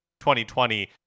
2020